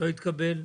לא התקבל.